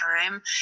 time